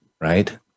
right